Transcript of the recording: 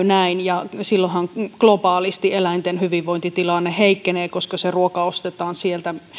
näin silloinhan globaalisti eläinten hyvinvointitilanne heikkenee koska se ruoka ostetaan sieltä